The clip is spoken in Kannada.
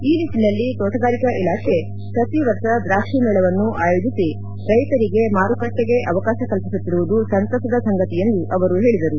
ಈ ನಿಟ್ಟನಲ್ಲಿ ತೋಟಗಾರಿಕೆ ಇಲಾಖೆ ಪ್ರತಿ ವರ್ಷ ದ್ರಾಕ್ಷಿ ಮೇಳವನ್ನು ಆಯೋಜಿಸಿ ರೈತರಿಗೆ ಮಾರುಕಟ್ಟೆ ಅವಕಾಶ ಕಲ್ಪಿಸುತ್ತಿರುವುದು ಸಂತಸದ ಸಂಗತಿ ಎಂದು ಅವರು ಹೇಳಿದರು